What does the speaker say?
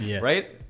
Right